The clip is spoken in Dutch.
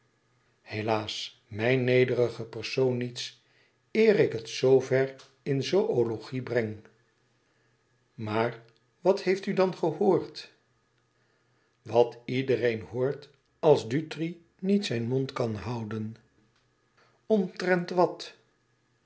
helaas mijn nederige persoon niets eer ik het zover in zoölogie breng maar wat heeft u dan gehoord wat iedereen hoort als dutri niet zijn mond kan houden omtrent wat